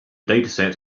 dataset